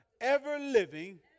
ever-living